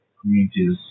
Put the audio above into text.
Communities